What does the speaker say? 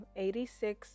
86